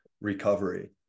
recovery